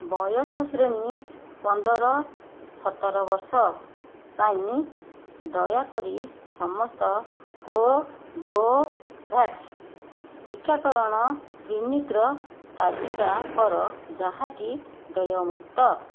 ବୟସ ଶ୍ରେଣୀ ବର୍ଷ ପନ୍ଦର ସତର ପାଇଁ ଦୟାକରି ସମସ୍ତ କୋଭୋଭ୍ୟାକ୍ସ ଟିକାକରଣ କ୍ଲିନିକ୍ର ତାଲିକା କର ଯାହା କି ଦେୟମୁକ୍ତ